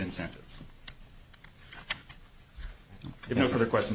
incentives you know for the question